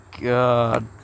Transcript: God